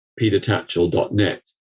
PeterTatchell.net